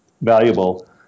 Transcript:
Valuable